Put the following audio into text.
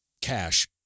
cash